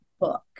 book